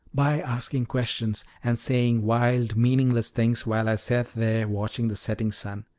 by asking questions, and saying wild, meaningless things while i sat there watching the setting sun.